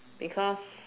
because